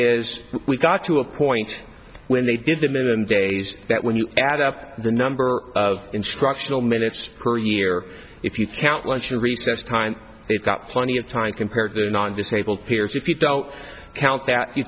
is we got to a point when they did them in and days that you add up the number of instructional minutes per year if you count lunch and recess time they've got plenty of time compared to non disabled peers if you don't count that you